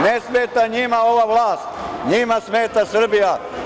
Ne smeta njima ova vlast, njima smeta Srbija.